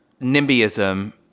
nimbyism